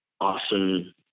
awesome